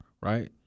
Right